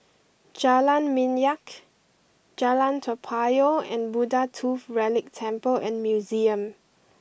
Jalan Minyak Jalan Toa Payoh and Buddha Tooth Relic Temple and Museum